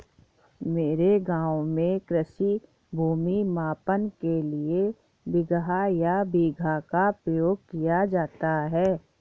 मेरे गांव में कृषि भूमि मापन के लिए बिगहा या बीघा का प्रयोग किया जाता है